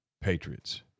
Patriots